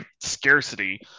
scarcity